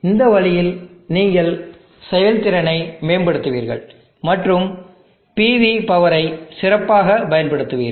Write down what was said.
இந்த வழியில் நீங்கள் செயல்திறனை மேம்படுத்துவீர்கள் மற்றும் PV பவரை சிறப்பாகப் பயன்படுத்துவீர்கள்